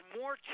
more